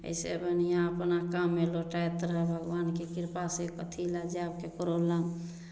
एसे बढ़िऑं अपन काममे लोटाइत रहब भगबानके कृपा से कथी लए जायब केकरो लग